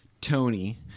Tony